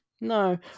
No